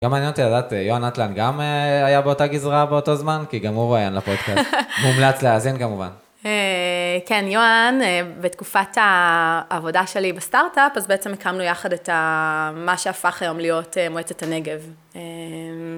גם מעניין אותי לדעת, יואן נטלן גם היה באותה גזרה באותו זמן, כי גם הוא ראיין לפודקאסט, מומלץ להאזין, כמובן. כן, יואן, בתקופת העבודה שלי בסטארט-אפ, אז בעצם הקמנו יחד את מה שהפך היום להיות מועצת הנגב.